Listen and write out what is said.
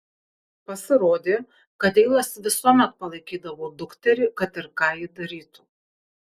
pasirodė kad deilas visuomet palaikydavo dukterį kad ir ką ji darytų